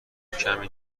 کمی